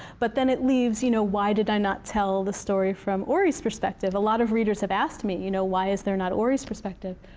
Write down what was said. but then it leaves you know why did i not tell the story from ori's prospective? a lot of readers have asked me, you know why is there not ori's perspective?